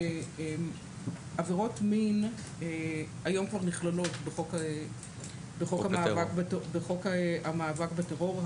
עבירות מין היום כבר נכללות בחוק המאבק בטרור.